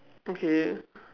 okay